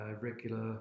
regular